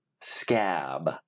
scab